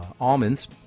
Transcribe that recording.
almonds